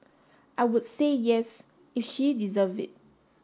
I would say yes if she deserve it